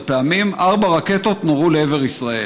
השנה בשטחים הכבושים: נהרגו חמישה אנשים,